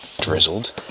Drizzled